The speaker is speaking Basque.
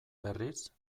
berriz